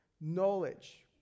knowledge